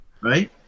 Right